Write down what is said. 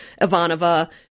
Ivanova